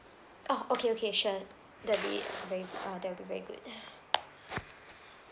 oh okay okay sure that'll be very uh that'll be very good